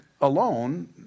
alone